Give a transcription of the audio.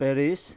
Paris